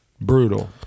brutal